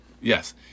Yes